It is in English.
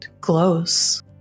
glows